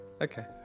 Okay